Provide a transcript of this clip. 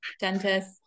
dentist